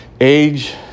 Age